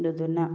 ꯑꯗꯨꯗꯨꯅ